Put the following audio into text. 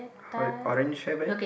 ora~ orange hairband